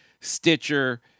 Stitcher